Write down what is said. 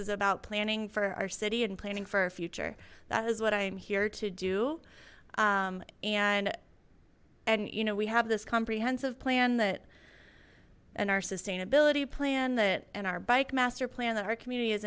is about planning for our city and planning for our future that is what i am here to do and and you know we have this comprehensive plan that in our sustainability plan that and our bike master plan that our community